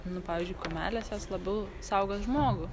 nu pavyzdžiui kumelės jos labiau saugos žmogų